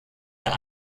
der